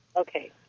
Okay